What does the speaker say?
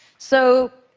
so,